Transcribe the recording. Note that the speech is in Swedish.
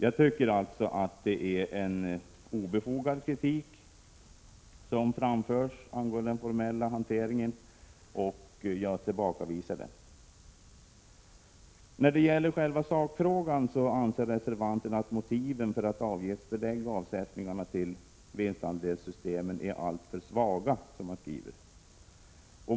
Det är alltså en obefogad kritik som framförs i reservationen angående den formella hanteringen, och jag tillbakavisar den. När det gäller själva sakfrågan anser reservanterna att motiven för att avgiftsbelägga avsättningarna till vinstandelssystem är alltför svaga.